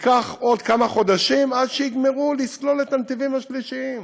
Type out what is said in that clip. ייקח עוד כמה חודשים עד שיגמרו לסלול את הנתיבים השלישיים.